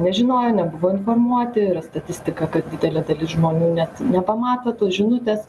nežinojo nebuvo informuoti yra statistika kad didelė dalis žmonių net nepamatė tos žinutės